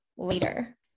later